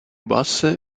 basse